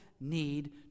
need